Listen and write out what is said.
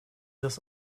das